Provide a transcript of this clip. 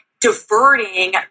diverting